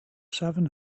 seven